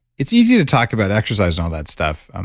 it's easy to talk about exercise and all that stuff.